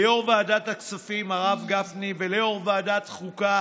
ליו"ר ועדת הכספים הרב גפני וליו"ר ועדת החוקה